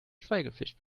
schweigepflicht